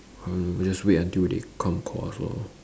hmm we just wait until they come call us lor